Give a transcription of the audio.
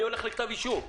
אני הולך לכתב אישום.